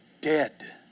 dead